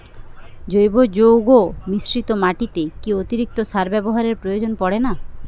জৈব যৌগ মিশ্রিত মাটিতে কি অতিরিক্ত সার ব্যবহারের প্রয়োজন পড়ে না?